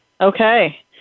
Okay